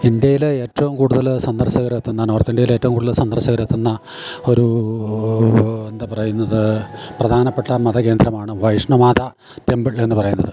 ഇൻഡ്യയില് ഏറ്റവും കൂടുതല് സന്ദർശകരെത്തുന്ന നോർത്ത് ഇൻഡ്യയില് ഏറ്റവും കൂടുതൽ സന്ദർശകരെത്തുന്ന ഒരു എന്താ പറയുന്നത് പ്രധാനപ്പെട്ട മത കേന്ദ്രമാണ് വൈഷ്ണമാത ടെമ്പിൾ എന്നു പറയുന്നത്